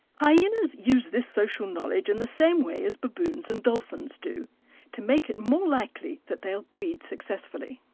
hyenas use this social knowledge in the same way as baboons and dolphins do to make it more likely that they'll breed successfully.